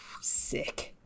Sick